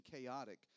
chaotic